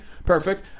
Perfect